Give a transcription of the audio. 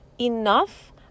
enough